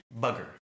bugger